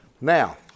Now